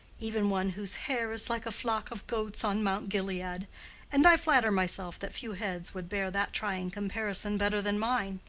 even one whose hair is like a flock of goats on mount gilead and i flatter myself that few heads would bear that trying comparison better than mine.